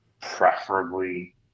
preferably